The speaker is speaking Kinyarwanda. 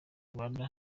rwanda